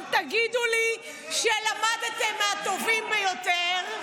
אל תגידו לי שלמדתם מהטובים ביותר.